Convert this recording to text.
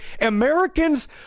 Americans